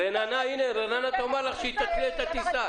רננה תאמר לך שהיא תתלה את הטיסה.